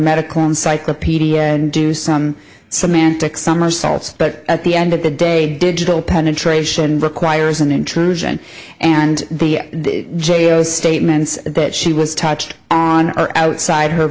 medical encyclopedia and do some semantic somersaults but at the end of the day digital penetration requires an intrusion and the jail's statements that she was touched on are outside her